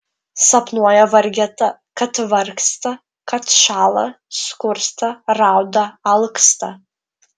sapnuoja vargeta kad vargsta kad šąla skursta rauda alksta